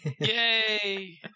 Yay